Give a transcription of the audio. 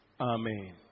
Amen